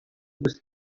دوست